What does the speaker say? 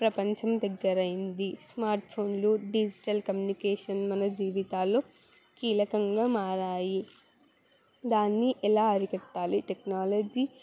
ప్రపంచం దగ్గరైంది స్మార్ట్ఫోన్లు డిజిటల్ కమ్యూనికేషన్ మన జీవితాల్లో కీలకంగా మారాయి దాన్ని ఎలా అరికట్టాలి టెక్నాలజీ